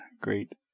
great